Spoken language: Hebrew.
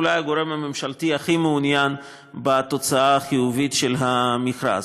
אולי הגורם הממשלתי הכי מעוניין בתוצאה החיובית של המכרז.